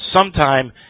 sometime